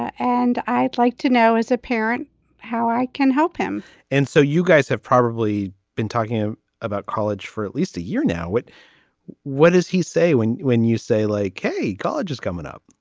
and i'd like to know as a parent how i can help him and so you guys have probably been talking him about college for at least a year now. what what does he say when when you say like college is coming up?